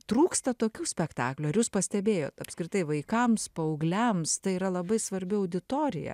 trūksta tokių spektaklių ar jūs pastebėjot apskritai vaikams paaugliams tai yra labai svarbi auditorija